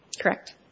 Correct